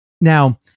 Now